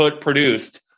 produced